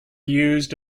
used